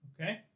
Okay